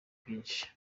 bwinshi